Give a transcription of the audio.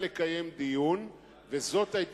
לא,